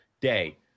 day